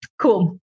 Cool